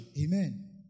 Amen